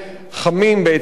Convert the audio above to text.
ממפרץ מקסיקו,